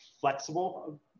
flexible